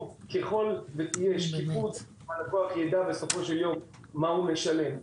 ככל שתהיה שקיפות, הלקוח ידע מה הוא משלם.